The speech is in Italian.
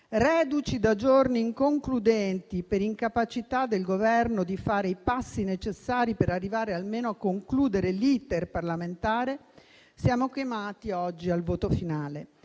reduci da giorni inconcludenti per l'incapacità del Governo di fare i passi necessari per arrivare almeno a concludere l'*iter* parlamentare, siamo chiamati oggi al voto finale.